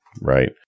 Right